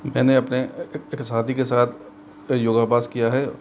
मैंने अपने एक साथी के साथ योगा पास किया है